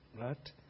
Right